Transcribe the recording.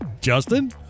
Justin